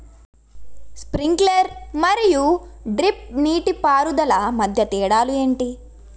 Sprinkler మరియు drip నీటిపారుదల మధ్య తేడాలు ఏంటి?